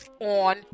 on